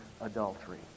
adultery